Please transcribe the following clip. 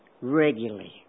regularly